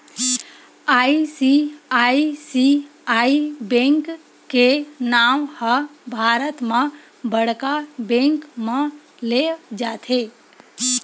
ICICI bank के नांव ह भारत म बड़का बेंक म लेय जाथे